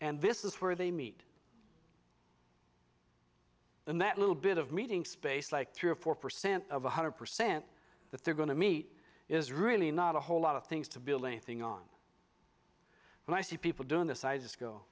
and this is where they meet and that little bit of meeting space like three or four percent of one hundred percent that they're going to meet is really not a whole lot of things to build anything on when i see people doing this i just go